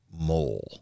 mole